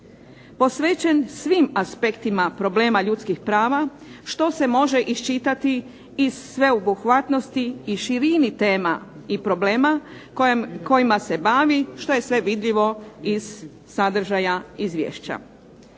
posvećen svim aspektima problema ljudskih prava što se može iščitati iz sveobuhvatnosti i širini tema i problema kojima se bavi što je sve vidljivo iz sadržaja izvješća.